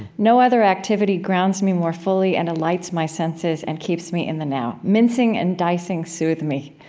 no other activity grounds me more fully and alights my senses and keeps me in the now. mincing and dicing sooth me.